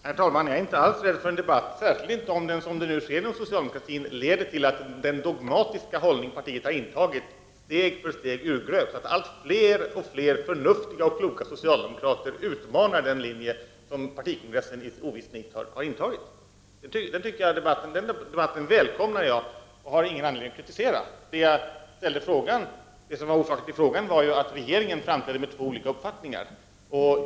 Herr talman! Jag är alls inte rädd för en debatt. särskilt inte om den —- som nu håller på att ske inom socialdemokratin — leder till att den dogmatiska hållning som partiet har intagit steg för steg urgröps och att allt fler förnuftiga och kloka socialdemokrater utmanar den linje som partikongressen i ovisst nit har valt. Jag välkomnar en sådan debatt, och den kommer jag inte att ha någon anledning att kritisera. Orsaken till att jag ställde min fråga var ju att regeringen framträder med två olika uppfattningar.